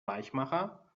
weichmacher